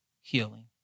healing